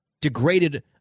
degraded